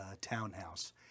townhouse